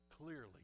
Clearly